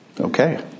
Okay